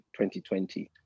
2020